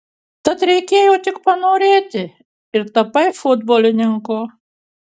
tad reikėjo tik panorėti ir tapai futbolininku